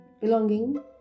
belonging